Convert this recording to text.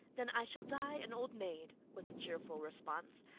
then i shall die an old maid, was the cheerful response.